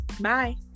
Bye